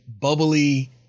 bubbly